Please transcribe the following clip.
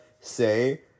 say